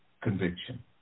conviction